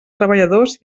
treballadors